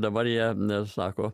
dabar jie ne sako